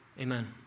Amen